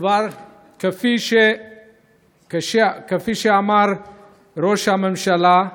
כפי שאמר ראש הממשלה,